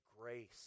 grace